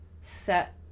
set